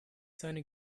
seine